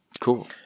Cool